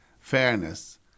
fairness